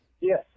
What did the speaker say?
Yes